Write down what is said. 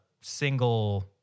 single